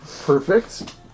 Perfect